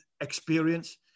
experience